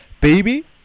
baby